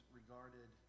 regarded